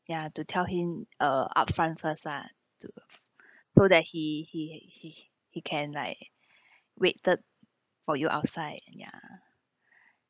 ya to tell him uh upfront first ah to so that he he he he he can like waited for you outside and ya